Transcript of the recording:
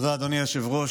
תודה, אדוני היושב-ראש.